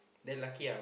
then lucky ah